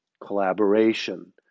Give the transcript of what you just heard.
Collaboration